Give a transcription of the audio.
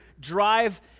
drive